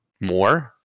more